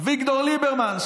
אביגדור ליברמן,